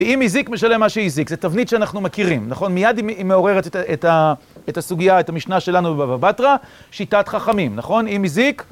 ואם הזיק, משלם מה שהזיק. זו תבנית שאנחנו מכירים, נכון? מיד היא מעוררת את הסוגיה, את המשנה שלנו בבאבא בתרא, שיטת חכמים, נכון? אם הזיק...